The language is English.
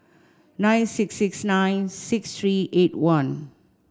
nine six six nine six three eight one